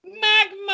MAGMA